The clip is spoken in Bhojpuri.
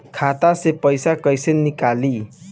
खाता से पैसा कैसे नीकली?